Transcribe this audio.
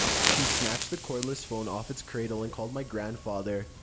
she snatched the cordless phone off its cradle and called my grandfather,